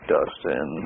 Dustin